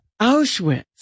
Auschwitz